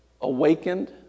awakened